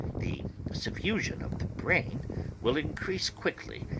the suffusion of the brain will increase quickly,